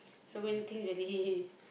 so many things really